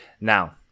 Now